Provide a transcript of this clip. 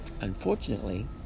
Unfortunately